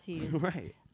Right